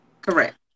Correct